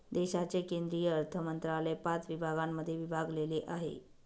देशाचे केंद्रीय अर्थमंत्रालय पाच विभागांमध्ये विभागलेले आहे